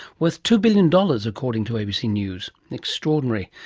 worth two billion dollars, according to abc news extraordinary.